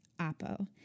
apo